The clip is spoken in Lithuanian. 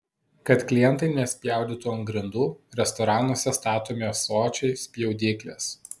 kad klientai nespjaudytų ant grindų restoranuose statomi ąsočiai spjaudyklės